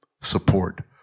support